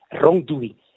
wrongdoing